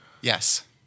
Yes